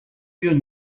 will